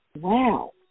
Wow